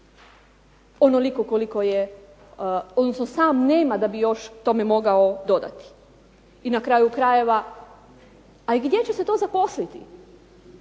ono što mu treba, a sam nema da bi još k tome mogao dodati. I na kraju krajeva a gdje će se zaposliti?